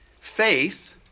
faith